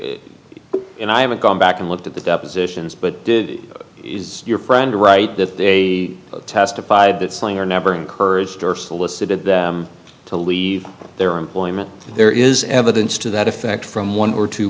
y and i haven't gone back and looked at the depositions but it is your friend right that they testified that sanger never encouraged or solicited them to leave their employment there is evidence to that effect from one or two